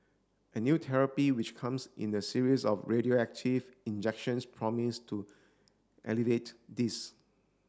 a new therapy which comes in the series of radioactive injections promise to alleviate this